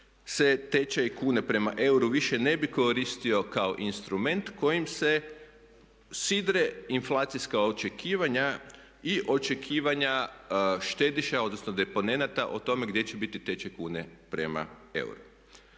se tečaj kune prema euru više ne bi koristio kao instrument kojim se sidre inflacijska očekivanja i očekivanja štediša odnosno deponenata o tome gdje će biti tečaj kune prema euru.